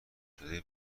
شده